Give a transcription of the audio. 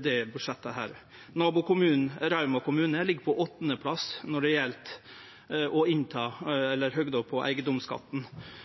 det budsjettet. Nabokommunen, Rauma kommune, ligg på 8. plass når det gjeld høgda på eigedomsskatten. Det er òg ein Høgre-styrt kommune. Eg trur ikkje nokon ordførarar eller